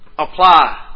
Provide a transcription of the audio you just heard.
apply